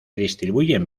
distribuyen